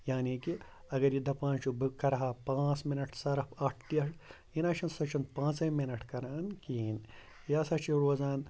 یعنی کہِ اَگر یہِ دَپان چھُ بہٕ کَرٕہا پانٛژھ مِنَٹ سرف اَتھ یہِ نہ چھُنہٕ سۄ چھِنہٕ پانٛژَے مِنَٹ کَران کِہیٖنۍ یہِ ہَسا چھِ روزان